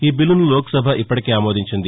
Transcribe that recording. ఈ బిల్లును లోక్సభ ఇప్పటికే ఆమోదించింది